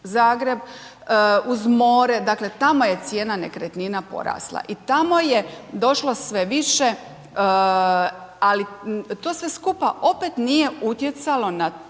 Zagreb, uz more, dakle tamo je cijena nekretnina porasla i tamo je došlo sve više, ali to sve skupa opet nije utjecalo na to